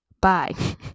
Bye